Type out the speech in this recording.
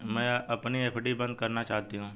मैं अपनी एफ.डी बंद करना चाहती हूँ